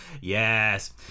Yes